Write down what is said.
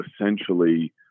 essentially